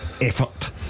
Effort